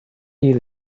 you